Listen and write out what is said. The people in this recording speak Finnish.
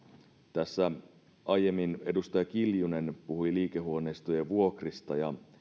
tässä aiemmin edustaja kiljunen puhui liikehuoneistojen vuokrista ja